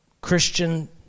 Christian